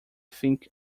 think